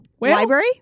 library